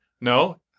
no